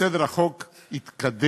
בסדר, החוק יתקדם,